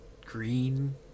green